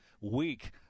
week